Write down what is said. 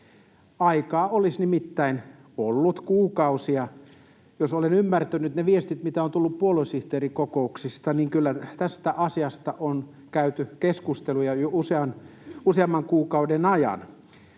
Aikaa olisi nimittäin ollut kuukausia. Jos olen ymmärtänyt ne viestit, mitä on tullut puoluesihteerikokouksista, niin kyllä tästä asiasta on käyty keskustelua jo useamman kuukauden ajan,